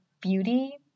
beauty